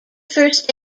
first